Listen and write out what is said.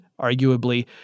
arguably